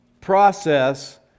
process